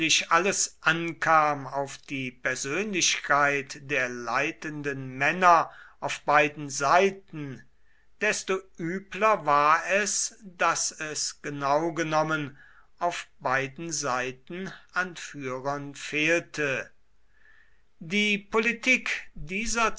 alles ankam auf die persönlichkeit der leitenden männer auf beiden seiten desto übler war es daß es genau genommen auf beiden seiten an führern fehlte die politik dieser